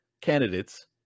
candidates